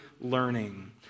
learning